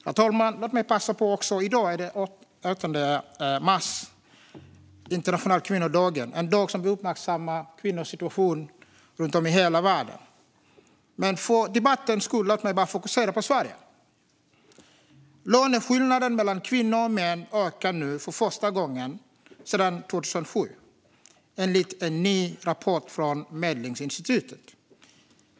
Herr talman! Låt mig också passa på att nämna att det i dag är den 8 mars, internationella kvinnodagen. Det är en dag då vi uppmärksammar kvinnors situation runt om i hela världen, men låt mig för debattens skull fokusera på Sverige. Löneskillnaden mellan kvinnor och män ökar nu för första gången sedan 2007, enligt en ny rapport från Medlingsinstitutet.